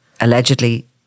allegedly